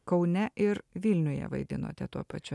kaune ir vilniuje vaidinote tuo pačiu